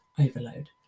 overload